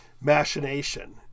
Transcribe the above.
machination